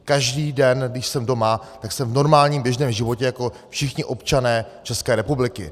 Každý den, když jsem doma, tak jsem v normálním běžném životě jako všichni občané České republiky.